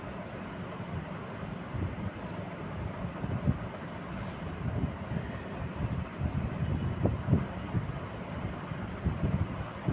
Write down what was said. खुद्दन मे चारा फसांय करी के मछली मारलो जाय छै